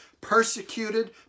persecuted